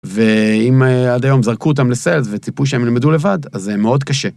ואם עד היום זרקו אותם לסרט וציפו שהם ילמדו לבד, אז זה מאוד קשה.